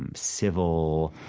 and civil